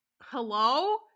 Hello